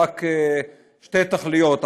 יש רק שתי תכליות,